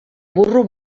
burro